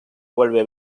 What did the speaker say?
vuelve